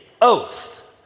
oath